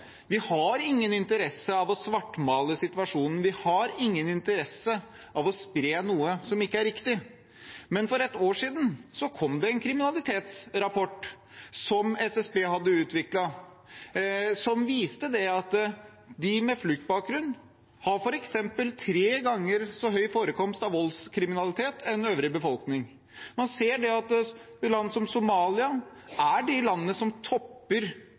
Vi har ingen interesse av å svartmale situasjonen, vi har ingen interesse av å spre noe som ikke er riktig. Men for et år siden kom det en kriminalitetsrapport som SSB hadde utarbeidet, som viste at de med fluktbakgrunn har f.eks. tre ganger så høy forekomst av voldskriminalitet enn øvrig befolkning. Man ser at land som Somalia er blant de landene som topper